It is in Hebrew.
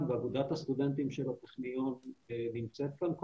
ואגודת הסטודנטים של הטכניון נמצאת כאן,